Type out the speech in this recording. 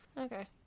Okay